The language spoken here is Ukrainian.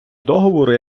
договору